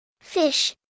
Fish